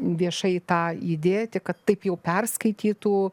viešai tą įdėti kad taip jau perskaitytų